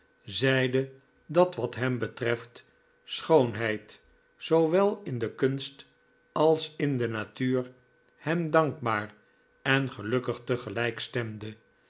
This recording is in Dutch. zeide dat wat hem betreft schoonheid zoowel in de kunst als in de natuur hem dankbaar en gelukkig tegelijk stemde